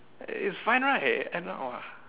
it's fine right